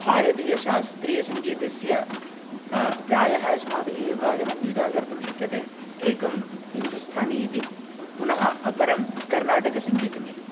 भारतीयशास्त्रीयसङ्गीतस्य प्रायः अस्माभिः विभजनं द्विधा कर्तुं शक्यते एकं हिन्दुस्थानी इति पुनः अपरं कर्नाटकसङ्गीतमिति